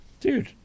Dude